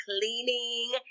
cleaning